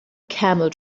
camel